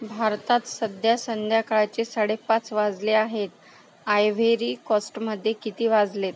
भारतात सध्या संध्याकाळचे साडेपाच वाजले आहेत आयव्हेरी कोस्टमध्ये किती वाजलेत